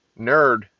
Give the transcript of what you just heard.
nerd